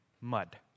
mud